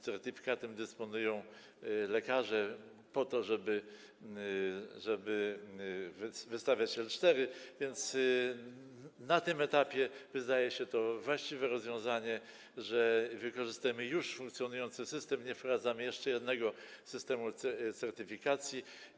Certyfikatem dysponują lekarze, po to żeby wystawiać L4, więc na tym etapie wydaje się to właściwe rozwiązanie, że wykorzystujemy już funkcjonujący system, nie wprowadzamy jeszcze jednego systemu certyfikacji.